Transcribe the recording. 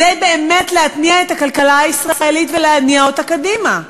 כדי באמת להתניע את הכלכלה הישראלית ולהניע אותה קדימה.